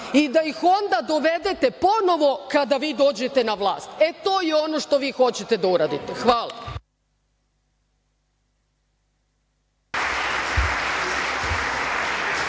i da ih onda dovedete ponovo kada vi dođete na vlast. E, to je ono što vi hoćete da uradite. Hvala.